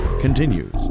continues